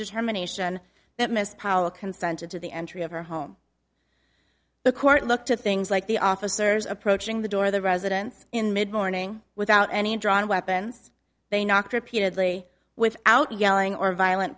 determination that mr powell consented to the entry of her home the court looked at things like the officers approaching the door of the residence in mid morning without any drawn weapons they knocked repeatedly without yelling or violent